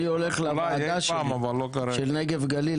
אני הולך לוועדה שלי של נגב גליל,